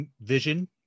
vision